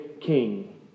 king